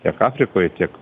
tiek afrikoje tiek